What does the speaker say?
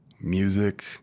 music